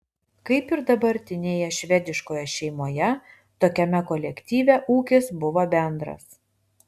kaip ir dabartinėje švediškoje šeimoje tokiame kolektyve ūkis buvo bendras